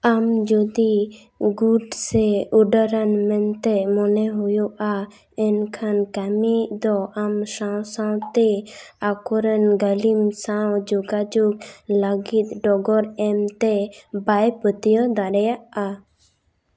ᱟᱢ ᱡᱚᱫᱤ ᱜᱩᱰ ᱥᱮ ᱩᱰᱟᱹᱨᱟᱱ ᱢᱮᱱᱛᱮ ᱢᱚᱱᱮ ᱦᱩᱭᱩᱜᱼᱟ ᱮᱱᱠᱷᱟᱱ ᱠᱟᱹᱢᱤᱭᱤᱡ ᱫᱚ ᱟᱢ ᱥᱟᱶ ᱥᱟᱶᱛᱮ ᱟᱠᱚᱨᱮᱱ ᱜᱟᱹᱞᱤᱢ ᱥᱟᱶ ᱡᱳᱜᱟᱡᱳᱜᱽ ᱞᱟᱹᱜᱤᱫ ᱰᱚᱜᱚᱨ ᱮᱢᱛᱮ ᱵᱟᱭ ᱯᱟᱹᱛᱭᱟᱹᱣ ᱫᱟᱲᱮᱭᱟᱜᱼᱟ